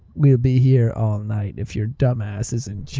we'll be here all night if your dumb ass is in